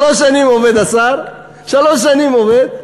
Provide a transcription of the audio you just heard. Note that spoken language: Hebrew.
שלוש שנים עובד השר, שלוש שנים עובד,